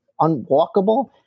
unwalkable